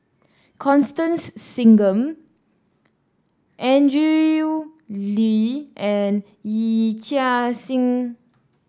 Constance Singam Andrew Lee and Yee Chia Hsing